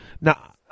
Now